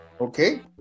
Okay